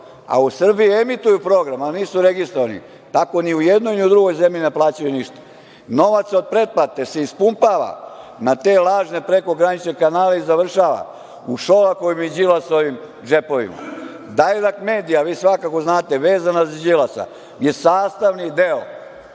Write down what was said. a u Srbiji emituju program, ali nisu registrovani, tako ni u jednoj ni u drugoj zemlji ne plaćaju ništa. Novac od pretplate se ispumpava na te lažne prekogranične kanale i završava u Šolakovim i Đilasovim džepovima. „Dajrekt medija“, vi svakako znate, vezana je za Đilasa, je sastavni deo